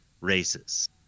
races